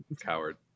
Coward